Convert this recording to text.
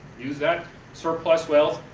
use that surplus wealth,